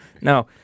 No